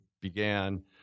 began